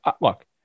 look